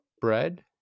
bread